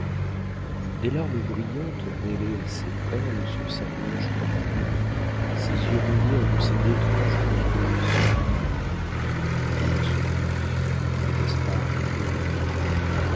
des larmes brillantes mêlées à ses perles sur sa blanche poitrine ses yeux mouillés annonçaient d'étranges confidences au milieu de ce luxe n'était-ce pas horrible